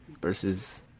versus